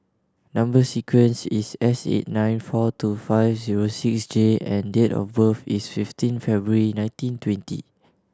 number sequence is S eight nine four two five zero six J and date of birth is fifteen February nineteen twenty